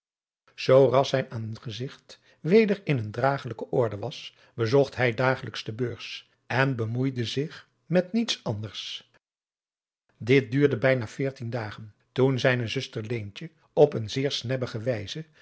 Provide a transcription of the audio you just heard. ras zijn aangezigt weder in een dragelijke orde was bezocht hij dagelijks de beurs en bemoeide zich met niets anders dit duurde bijna veertien dagen toen zijne zuster leentje op een zeer snebbige wijze